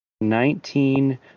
nineteen